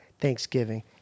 Thanksgiving